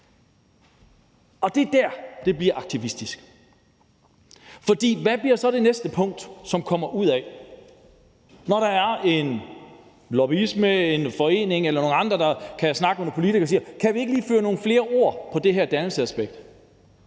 Det er dér, det bliver aktivistisk, for hvad bliver så det næste punkt, som kommer ud af det, når lobbyister, en forening eller andre kan snakke med nogle politikere og spørge: Kan vi ikke lige føje nogle flere ord til det her dannelsesaspekt?